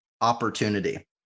opportunity